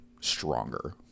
stronger